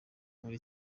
muri